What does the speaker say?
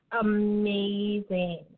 amazing